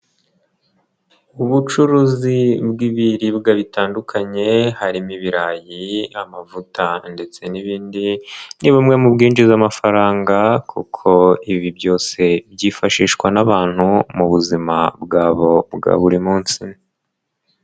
Ubucuruzi bw'ibiribwa bitandukanye harimo ibirayi, amavuta ndetse n'ibindi, ni bumwe mu byinjiza amafaranga kuko ibi byose byifashishwa n'abantu mu buzima bwabo bwa buri munsi.